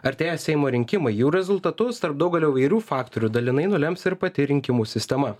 artėja seimo rinkimai jų rezultatus tarp daugelio įvairių faktorių dalinai nulems ir pati rinkimų sistema